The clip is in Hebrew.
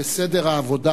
ב"סדר העבודה"